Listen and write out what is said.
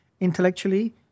intellectually